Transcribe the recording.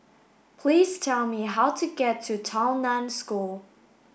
please tell me how to get to Tao Nan School